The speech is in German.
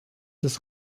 des